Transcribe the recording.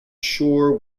sure